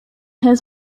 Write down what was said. his